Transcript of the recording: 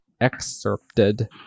excerpted